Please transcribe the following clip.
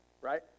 right